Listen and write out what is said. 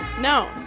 No